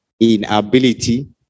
inability